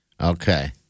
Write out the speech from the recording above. Okay